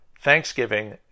Thanksgiving